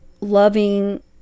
loving